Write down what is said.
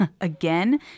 Again